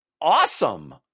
awesome